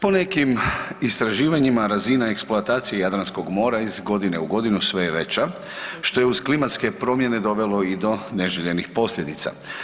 Po nekim istraživanjima razina eksploatacija Jadranskog mora iz godine u godinu sve je veća što je uz klimatske promjene dovelo i do neželjenih posljedica.